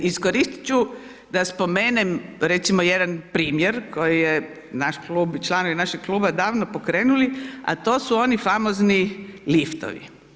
Iskoristit ću da spomenem recimo jedan primjer koji je naš klub, članovi našeg kluba davno pokrenuli, a to su oni famozni liftovi.